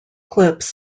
clips